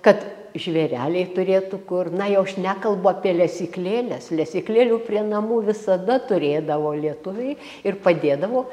kad žvėreliai turėtų kur na jau aš nekalbu apie lesyklėles lesyklėlių prie namų visada turėdavo lietuviai ir padėdavo